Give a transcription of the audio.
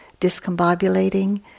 discombobulating